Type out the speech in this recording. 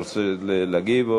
אתה רוצה להגיב?